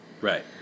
right